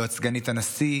לא את סגנית הנשיא,